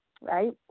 right